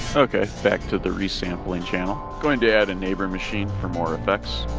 okay, back to the resampling channel, going to add a neighbor machine for more effects.